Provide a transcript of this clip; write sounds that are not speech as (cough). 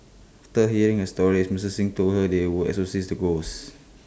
(unintelligible) hearing A stories Mister Xing told her they would exorcise the ghosts